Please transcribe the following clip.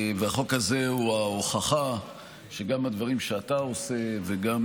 החוק הזה הוא ההוכחה שגם הדברים שאתה עושה וגם